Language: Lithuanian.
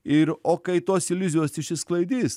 ir o kai tos iliuzijos išsisklaidys